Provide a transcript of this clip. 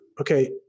okay